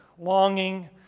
longing